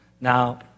Now